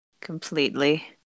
Completely